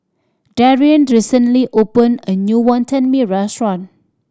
Darrien recently opened a new Wantan Mee restaurant